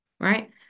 Right